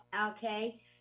okay